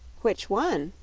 which one?